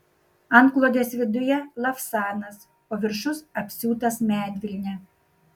antklodės viduje lavsanas o viršus apsiūtas medvilne